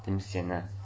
很显然